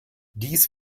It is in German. dies